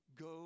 go